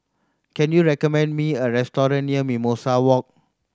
can you recommend me a restaurant near Mimosa Walk